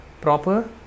proper